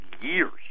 years